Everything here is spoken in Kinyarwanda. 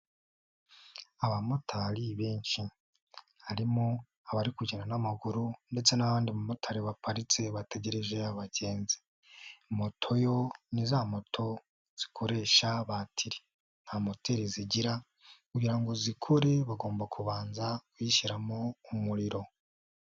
Abamotari benshi. Harimo abari kugenda n'amaguru ndetse n'abandi bamotari baparitse bategereje abagenzi. Moto yo, ni za moto zikoresha batiri, nta moteri zigira, kugira ngo zikure bagomba kubanza kuyishyiramo umuriro.